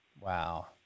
Wow